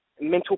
mental